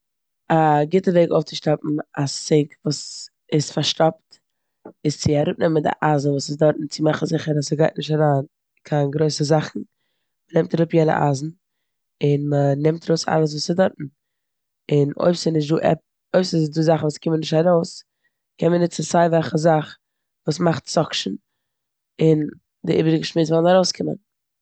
א גוטע וועג אויפצושטאפן א סינק וואס איז פארשטאפט איז צו אראפנעמען די אייזן וואס איז דארטן צו מאכן זיכער אז ס'גייט נישט אריין קיין גרויסע זאכן. מ'נעמט אראפ יענע אייזן און מ'נעמט ארויס אלעס וואס איז דארטן און אויב ס'נישטא ע- אויב ס'איז דא זאכן וואס קומען נישט ארויס קען מען נוצן סיי וועלכע זאך וואס מאכט סאקשין און די איבעריגע שמוץ וועלן ארויסקומען.